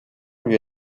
lui